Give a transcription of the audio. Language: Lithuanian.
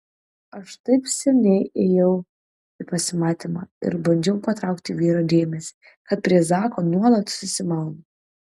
aš taip seniai ėjau į pasimatymą ir bandžiau patraukti vyro dėmesį kad prie zako nuolat susimaunu